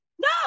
No